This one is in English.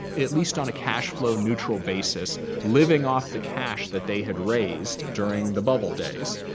at least, on a cash flow neutral basis living off the cash that they had raised during the bubble days.